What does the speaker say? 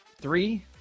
three